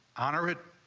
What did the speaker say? honor it.